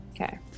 Okay